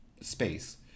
space